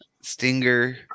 Stinger